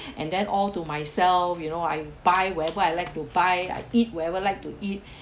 and then all to myself you know I buy whatever I like to buy I eat whatever like to eat